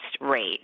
rate